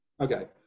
Okay